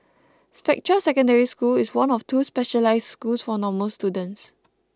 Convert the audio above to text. Spectra Secondary School is one of two specialised schools for normal students